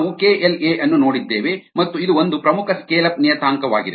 ನಾವು KLa ಅನ್ನು ನೋಡಿದ್ದೇವೆ ಮತ್ತು ಇದು ಒಂದು ಪ್ರಮುಖ ಸ್ಕೇಲ್ ಅಪ್ ನಿಯತಾಂಕವಾಗಿದೆ